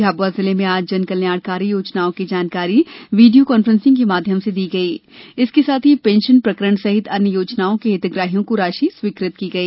झाबुआ जिले में आज जन कल्याणकारी योजनाओं की जानकारी वीडियो कॉन्फ्रेंसिंग के माध्यम से दी गई इसके साथ ही पेंशन प्रकरण सहित अन्य योजनाओं के हितग्राहियों को राशि स्वीकृत की गई